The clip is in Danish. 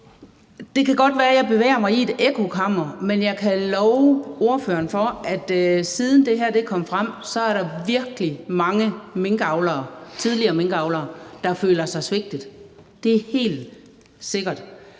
Det kan godt være, at jeg bevæger mig i et ekkokammer, men jeg kan love ordføreren for, at siden det her kom frem, er der virkelig mange tidligere minkavlere, der har følt sig svigtet. Det er helt sikkert.